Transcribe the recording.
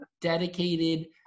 dedicated